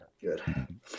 Good